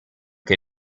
que